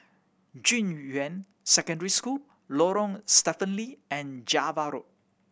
Junyuan Secondary School Lorong Stephen Lee and Java Road